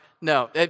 No